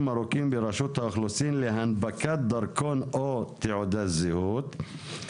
ארוכים ברשות האוכלוסין להנפקת דרכון או תעודת זהות",